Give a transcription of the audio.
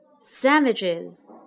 sandwiches